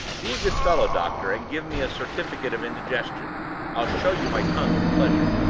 be a good fellow, doctor, and give me a certificate of indigestion i'll show you my tongue with pleasure.